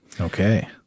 Okay